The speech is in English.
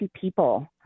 people